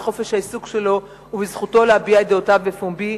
בחופש העיסוק שלו ובזכותו להביע את דעותיו בפומבי,